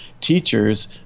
teachers